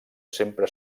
sempre